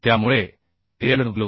त्यामुळे Lw